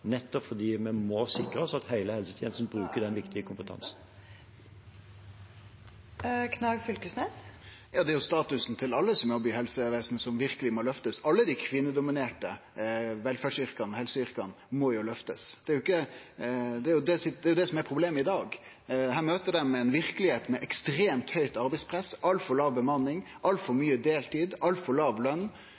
nettopp fordi vi må sikre oss at hele helsetjenesten bruker den viktige kompetansen. Torgeir Knag Fylkesnes – til oppfølgingsspørsmål. Ja, det er statusen til alle som jobbar i helsevesenet som verkeleg må løftast. Alle dei kvinnedominerte velferdsyrka og helseyrka må løftast. Det er det som er problemet i dag. Her møter dei ei verkelegheit med ekstremt høgt arbeidspress, altfor låg bemanning, altfor mykje deltid og altfor